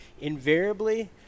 invariably